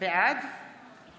בעד